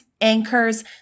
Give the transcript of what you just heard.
anchors